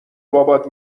بابات